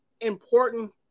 important